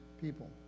people